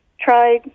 tried